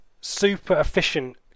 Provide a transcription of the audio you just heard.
super-efficient